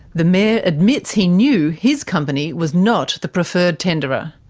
the mayor admits he knew his company was not the preferred tenderer.